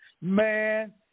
Man